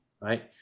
Right